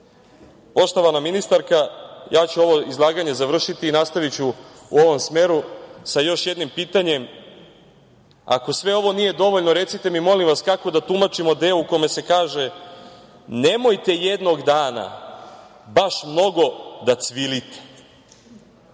života.“Poštovana ministarka, ja ću ovo izlaganje završiti i nastaviću u ovom smeru sa još jednim pitanjem. Ako sve ovo nije dovoljno, recite mi, molim vas, kako da tumačimo deo u kome se kaže – nemojte jednog dana baš mnogo da cvilite?